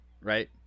right